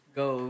go